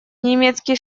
немецкий